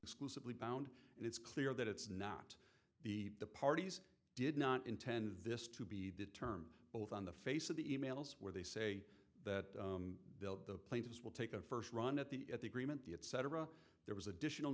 exclusively bound and it's clear that it's not the the parties did not intend this to be that term both on the face of the e mails where they say that built the plaintiffs will take a first run at the at the agreement the etc there was additional